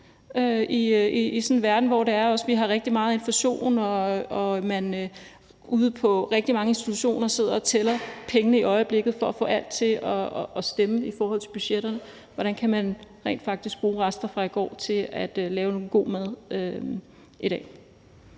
i sådan en verden, hvor vi også har rigtig meget inflation og man ude på rigtig mange institutioner sidder og tæller pengene i øjeblikket for at få alt til at stemme i forhold til budgetterne, altså det med at sige: Hvordan kan man rent faktisk bruge rester fra i går til at lave noget god mad i dag?